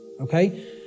okay